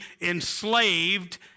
enslaved